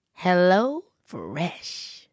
HelloFresh